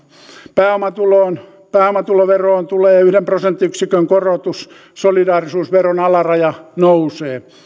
pääomatuloveroon pääomatuloveroon tulee yhden prosenttiyksikön korotus solidaarisuusveron alaraja nousee